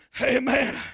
Amen